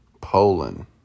Poland